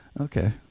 okay